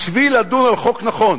בשביל לדון על חוק נכון